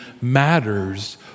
matters